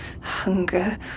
Hunger